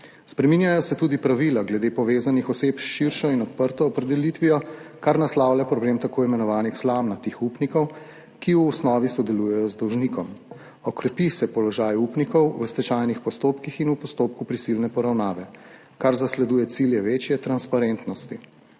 Spreminjajo se tudi pravila glede povezanih oseb s širšo in odprto opredelitvijo, kar naslavlja problem tako imenovanih slamnatih upnikov, ki v osnovi sodelujejo z dolžnikom. Okrepi se položaj upnikov v stečajnih postopkih in v postopku prisilne poravnave, kar zasleduje cilje večje transparentnosti.